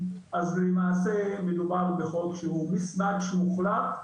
אז למעשה מדובר בחוק שהוא mismatch מוחלט.